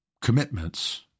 commitments